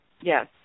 yes